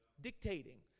Dictating